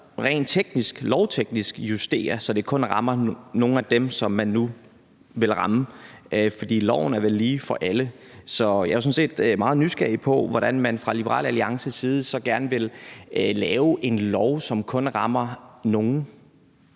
rent lovteknisk justere, så det kun rammer nogle af dem, som man nu vil ramme, for loven er vel lige for alle? Så jeg er sådan set meget nysgerrig på, hvordan man fra Liberal Alliances side så gerne vil lave en lov, som kun rammer nogle.